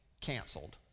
canceled